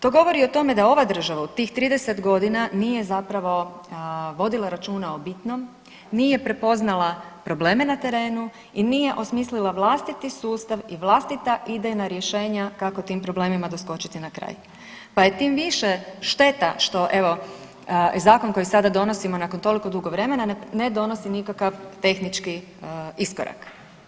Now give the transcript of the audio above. To govori o tome da ova država u tih 30 godina nije zapravo vodila računa o bitnom, nije prepoznala probleme na terenu i nije osmislila vlastiti sustav i vlastita idejna rješenja kako tim problemima doskočiti na kraj, pa je tim više šteta što, evo i zakon koji sada donosimo, nakon toliko dugo vremena, ne donosi nikakav tehnički iskorak.